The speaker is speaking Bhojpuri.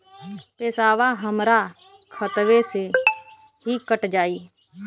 पेसावा हमरा खतवे से ही कट जाई?